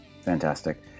Fantastic